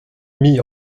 mis